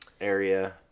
area